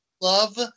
love